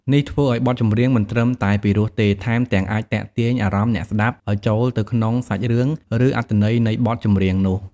នេះធ្វើឲ្យបទចម្រៀងមិនត្រឹមតែពីរោះទេ ថែមទាំងអាចទាក់ទាញអារម្មណ៍អ្នកស្ដាប់ឲ្យចូលទៅក្នុងសាច់រឿង ឬអត្ថន័យនៃបទចម្រៀងនោះ។